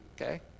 okay